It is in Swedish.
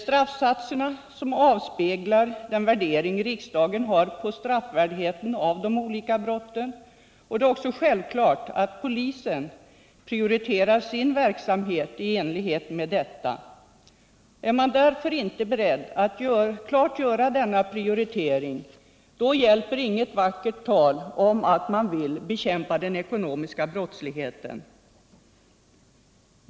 Straffsatserna avspeglar också den värdering riksdagen har på straffvärdigheten av de olika brotten, och självfallet arbetar polisen i enlighet härmed. Om således regeringen inte är beredd att klart göra en prioritering när det gäller de vanliga förmögenhetsbrotten, då hjälper inget vackert tal om att man vill bekämpa den ekonomiska brottsligheten.